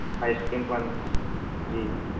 ice cream parlour ਜੀ